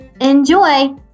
Enjoy